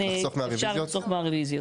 אפשר לחסוך מהרביזיות.